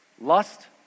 lust